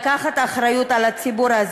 לקחת אחריות על הציבור.